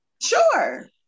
Sure